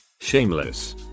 shameless